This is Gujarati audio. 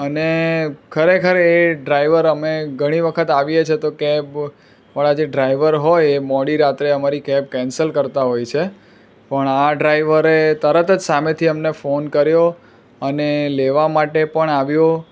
અને ખરેખર એ ડ્રાઈવર અમે ઘણી વખત આવીએ છે તો કેબ વાળા જે ડ્રાઈવર હોય એ મોડી રાત્રે અમારી કેબ કેન્સલ કરતા હોય છે પણ આ ડ્રાઇવરે તરત જ સામેથી અમને ફોન કર્યો અને લેવા માટે પણ આવ્યો